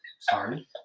Sorry